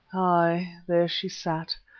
ay! there she sat,